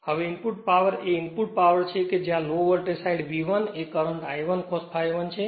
હવે input power એ input છે કે જ્યાં લો વોલ્ટેજ સાઈડ V 1 એ કરંટ I1 cos ∅1 છે